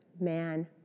man